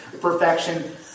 perfection